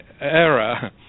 era